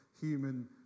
human